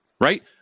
right